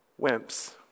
wimps